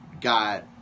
got